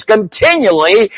continually